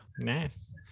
nice